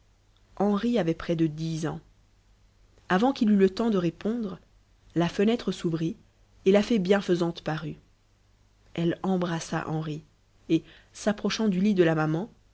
henri avait près de dix ans avant qu'il eût le temps de répondre la fenêtre s'ouvrit et la fée bienfaisante parut elle embrassa henri et s'approchant du lit de la maman